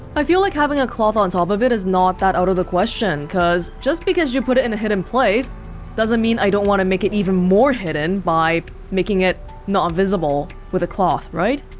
i feel like having a cloth on top of it is not that out of the question cuz just because you put it in a hidden place doesn't mean i don't want to make it even more hidden by making it not visible with a cloth, right?